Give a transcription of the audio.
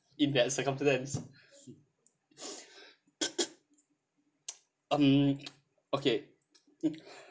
in that circumstance um okay